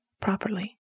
properly